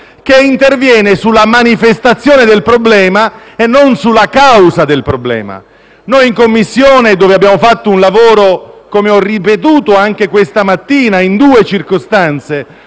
Interviene sulla manifestazione del problema e non sulla causa del problema. Noi in Commissione, dove non abbiamo fatto un lavoro - come ho ripetuto anche questa mattina in due circostanze